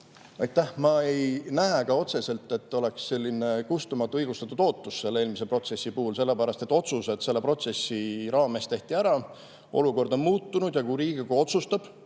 Ma ei näe otseselt, et oleks selline kustumatu õigustatud ootus selle eelmise protsessi puhul, sellepärast et otsused tehti selle protsessi raames ära, olukord on muutunud ning kui Riigikogu otsustab